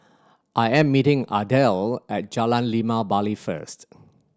I am meeting Adele at Jalan Limau Bali first